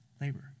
labor